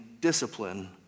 discipline